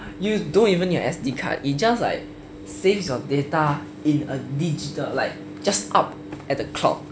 you don't even need your S_D card it just like saves your data in a digital like just up at the cloud